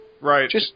Right